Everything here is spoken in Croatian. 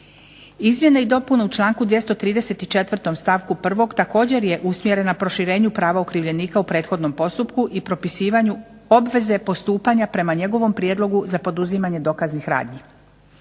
Izmjene i dopune u članku 234. stavku 1. također je usmjerena proširenju prava okrivljenika u prethodnom postupku i propisivanju obveze postupanja prema njegovom prijedlogu za poduzimanje dokaznih radnji.